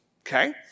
Okay